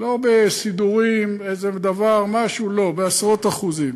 לא בסידורים, איזה דבר, משהו, לא, בעשרות אחוזים.